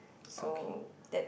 okay